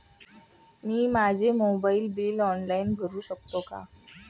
मी माझे mobile bill online भरू शकते का?